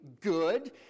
good